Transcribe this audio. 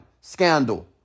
Scandal